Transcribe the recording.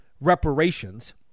reparations